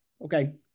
Okay